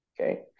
Okay